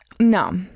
No